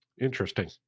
Interesting